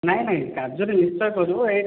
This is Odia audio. ନାଇଁ ନାଇଁ କାର୍ଯ୍ୟରେ ନିଶ୍ଚୟ କରିବୁ ଏଇଟା